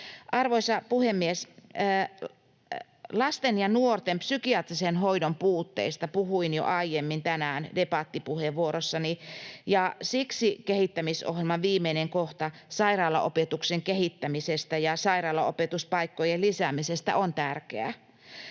Arvoisa puhemies! Lasten ja nuorten psykiatrisen hoidon puutteista puhuin jo aiemmin tänään debattipuheenvuorossani, ja siksi kehittämisohjelman viimeinen kohta sairaalaopetuksen kehittämisestä ja sairaalaopetuspaikkojen lisäämisestä on tärkeä.